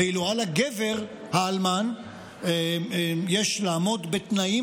ואילו על הגבר האלמן לעמוד בתנאים